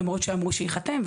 למרות שאמרו שייחתם,